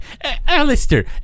Alistair